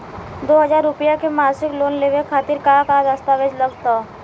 दो हज़ार रुपया के मासिक लोन लेवे खातिर का का दस्तावेजऽ लग त?